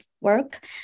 work